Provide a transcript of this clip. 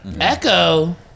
Echo